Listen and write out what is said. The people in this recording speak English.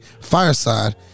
Fireside